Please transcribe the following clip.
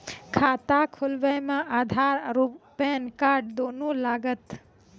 खाता खोलबे मे आधार और पेन कार्ड दोनों लागत?